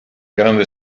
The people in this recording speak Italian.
grande